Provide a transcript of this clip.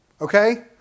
Okay